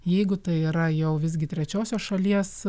jeigu tai yra jau visgi trečiosios šalies